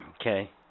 Okay